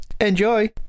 Enjoy